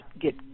get